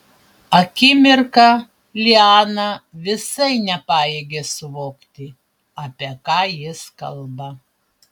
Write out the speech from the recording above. akimirką liana visai nepajėgė suvokti apie ką jis kalba